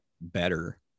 better